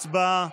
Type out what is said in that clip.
הצבעה.